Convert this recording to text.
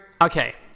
okay